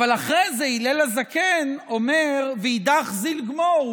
אבל אחרי זה הלל הזקן אומר: ואידך זיל גמור.